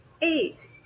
eight